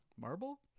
marble